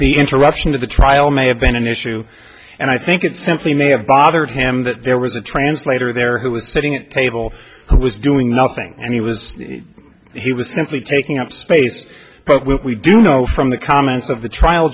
the interruption of the trial may have been an issue and i think it simply may have bothered him that there was a translator there who was sitting at table who was doing nothing and he was he was simply taking up space but we do know from the comments of the trial